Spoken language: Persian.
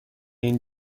این